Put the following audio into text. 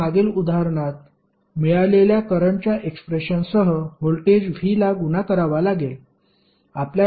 आपल्याला मागील उदाहरणात मिळालेल्या करंटच्या एक्सप्रेशनसह व्होल्टेज v ला गुणा करावा लागेल